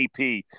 AP